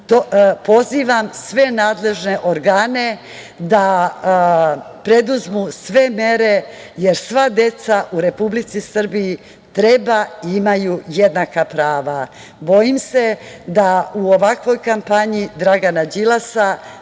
Vukana. Pozivam sve nadležne organe da preduzmu sve mere, jer sva deca u Republici Srbiji treba i imaju jednaka prava. Bojim se da u ovakvoj kampanji Dragana Đilasa